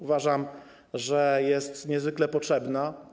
Uważam, że jest niezwykle potrzebna.